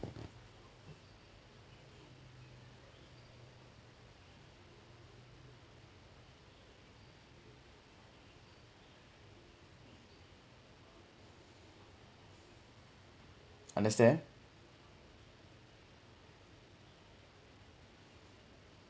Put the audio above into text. understand